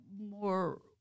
more